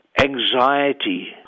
anxiety